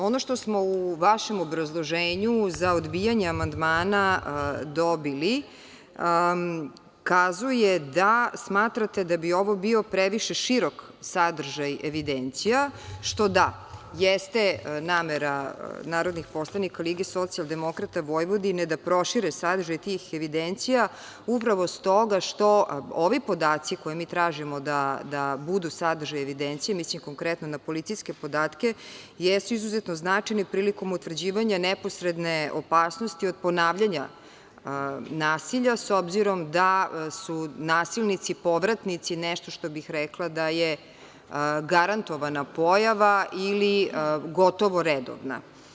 Ono što smo u vašem obrazloženju za odbijanje amandmana dobili kazuje da smatrate da bi ovo bio previše širok sadržaj evidencija, da, jeste namera narodnih poslanika LSV da prošire sadržaj tih evidencija upravo stoga što ovi podaci koje tražimo da budu sadržaj evidencija, misleći konkretno na policijske podatke jesu izuzetno značajni prilikom utvrđivanja neposredne opasnosti od ponavljanja nasilja, s obzirom da su nasilnici povratnici nešto što bih rekla da je garantovana pojava ili gotovo redovna.